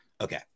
okay